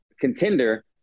contender